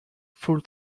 full